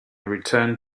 returned